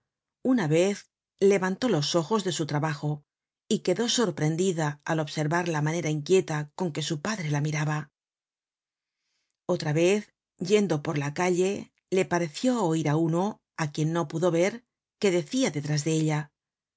una vez levantó los ojos de su trabajo y quedó sorprendida al observar la manera inquieta con que su padre la miraba otra vez yendo por la calle le pareció oir á uno á quien no pudo ver que decia detrás de ella